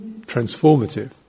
transformative